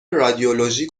رادیولوژی